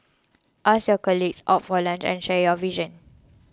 ask your colleagues out for lunch and share your visions